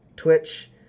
twitch